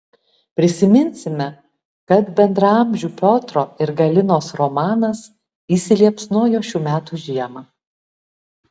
priminsime kad bendraamžių piotro ir galinos romanas įsiliepsnojo šių metų žiemą